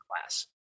class